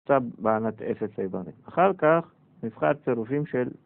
קצת בעלת אפס איברים, אחר כך נבחר צירופים של